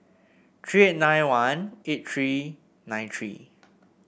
three eight nine one eight three nine three